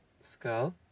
skull